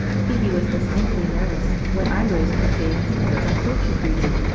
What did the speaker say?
phoebe was distinctly nervous when i rose to say a few words on poultry breeding,